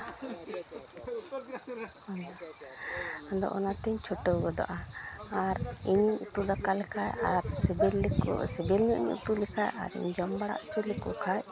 ᱟᱫᱚ ᱚᱱᱟᱛᱤᱧ ᱪᱷᱩᱴᱟᱹᱣ ᱜᱚᱫᱚᱜᱼᱟ ᱟᱨ ᱤᱧ ᱩᱛᱩ ᱫᱟᱠᱟ ᱞᱮᱠᱷᱟᱱ ᱟᱨ ᱥᱤᱵᱤᱞ ᱧᱚᱜ ᱤᱧ ᱩᱛᱩ ᱞᱮᱠᱷᱟᱱ ᱟᱨ ᱤᱧ ᱡᱚᱢ ᱵᱟᱲᱟ ᱦᱚᱪᱚ ᱞᱮᱠᱚ ᱠᱷᱟᱱ